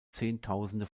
zehntausende